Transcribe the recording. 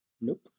Nope